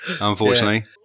unfortunately